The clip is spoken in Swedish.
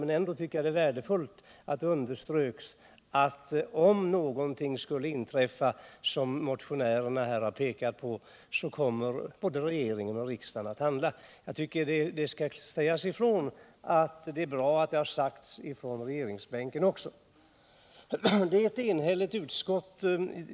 Men det är ändå värdefullt att det underströks att om någonting skulle inträffa som motionärerna har pekat på så kommer både regeringen och riksdagen att handla. Jag tycker att det skall sägas att det är bra att detta har sagts från regeringsbänken också.